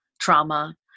trauma